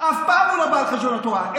אף פעם הוא לא בא על חשבון התורה,